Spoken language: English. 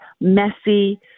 messy